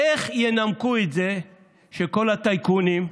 איך ינמקו את זה שכל הטייקונים,